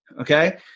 Okay